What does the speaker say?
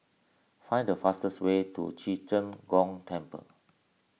find the fastest way to Ci Zheng Gong Temple